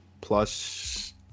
plus